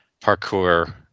parkour